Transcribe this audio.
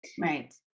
Right